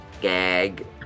gag